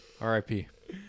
RIP